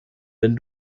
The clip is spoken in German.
wenn